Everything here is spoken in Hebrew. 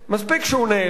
מספיק שהוא נעלב,